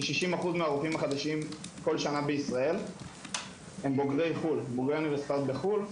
כ-60% מהרופאים החדשים כל שנה בישראל הם בוגרי אוניברסיטאות בחו"ל.